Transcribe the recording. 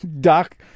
Doc